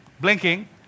blinking